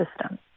system